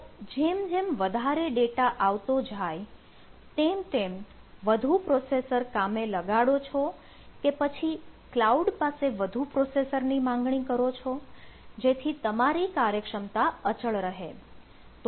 તો જેમ જેમ વધારે ડેટા આવતો જાય તેમ તમે વધુ પ્રોસેસર કામે લગાડો છો કે પછી કલાઉડ પાસે વધુ પ્રોસેસરની માગણી કરો છો જેથી તમારી કાર્યક્ષમતા અચળ રહે